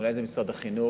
אולי זה משרד החינוך,